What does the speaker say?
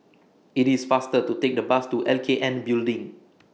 IT IS faster to Take The Bus to L K N Building